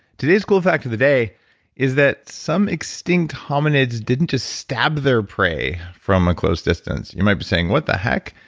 today's cool fact of the day is that some extinct hominids didn't just stab their prey from a close distance. you might be saying, what the heck?